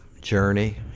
Journey